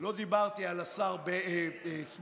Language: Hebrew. לא דיברתי על השר סמוטריץ',